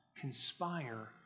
conspire